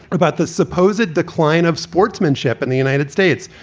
about the supposed decline of sportsmanship in the united states.